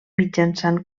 mitjançant